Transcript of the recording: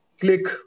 click